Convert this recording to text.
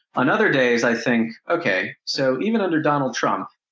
on other days, i think, ok, so even under donald trump,